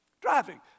Driving